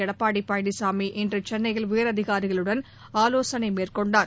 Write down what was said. எடப்பாடி பழனிசாமி இன்று சென்னையில் உயரதிகாரிகளுடன் ஆலோசனை மேற்கொண்டார்